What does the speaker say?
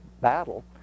battle